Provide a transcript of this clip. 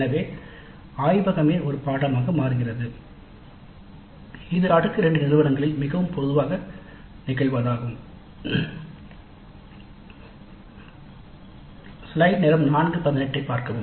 எனவே ஆய்வகமே ஒரு பாடநெறி ஆக மாறுகிறது இது அடுக்கு 2 நிறுவனங்களில் மிகவும் பொதுவான நிகழ்வாகும்